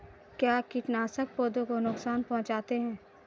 क्या कीटनाशक पौधों को नुकसान पहुँचाते हैं?